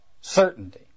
Certainty